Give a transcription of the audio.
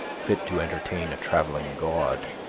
fit to entertain a travelling god,